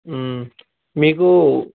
మీకు